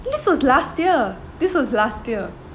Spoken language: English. this was last year this was last year